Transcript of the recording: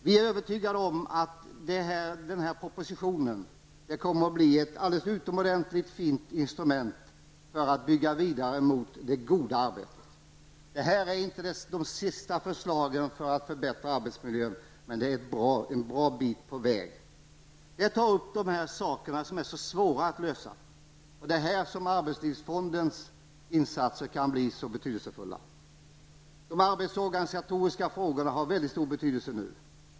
Vi är övertygade om att propositionen kommer att bli ett alldeles utomordentligt fint instrument för att man skall kunna bygga vidare mot det goda arbetet. Det rör sig inte om de sista förslagen för att förbättra arbetsmiljön, men det är en bra bit på väg. I propositionen tas de saker upp som är så svåra att lösa. Här kan arbetslivsfondens insatser bli betydelsefulla. De arbetsorganisatoriska frågorna har nu mycket stor betydelse.